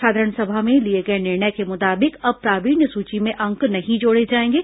साधारण सभा में लिए गए निर्णय के मुताबिक अब प्रावीण्य सूची में अंक नहीं जोड़े जाएंगे